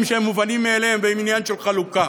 שהם מובנים מאליהם והם עניין של חלוקה?